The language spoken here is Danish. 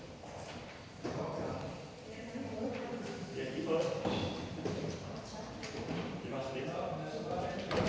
Tak.